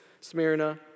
Smyrna